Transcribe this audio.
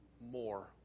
more